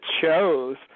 chose